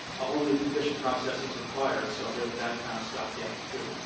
a whole new petition process is required. so there's that kind of stopgap, too.